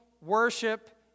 worship